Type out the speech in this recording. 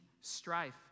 strife